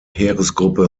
heeresgruppe